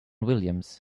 williams